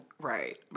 Right